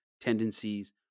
tendencies